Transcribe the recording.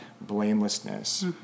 blamelessness